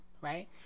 right